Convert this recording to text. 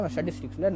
Statistics